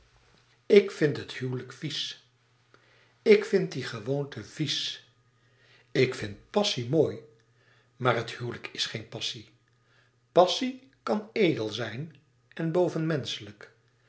ik vind het huwelijk vies ik vind die gewoonte vies ik vind passie mooi maar het huwelijk is geen passie passie kan edel zijn en